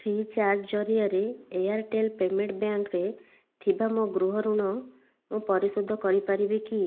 free charge ଜରିଆରେ Airtel payment ବ୍ୟାଙ୍କରେ ଥିବା ମୋ ଗୃହ ଋଣ ମୁଁ ପରିଶୋଧ କରିପାରିବି କି